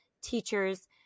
teachers